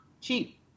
cheap